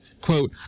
Quote